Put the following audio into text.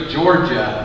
Georgia